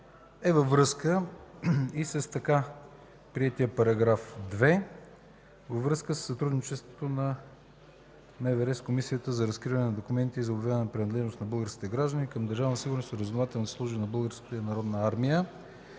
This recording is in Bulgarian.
е във връзка и с така приетия § 2 във връзка със сътрудничеството на МВР с Комисията за разкриване на документи за обявяване на принадлежност на българските граждани към Държавна сигурност и разузнавателните служби на Българската народна армия,